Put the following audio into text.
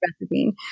recipe